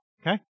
okay